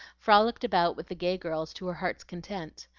frolicked about with the gay girls to her heart's content.